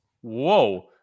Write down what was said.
whoa